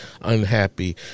unhappy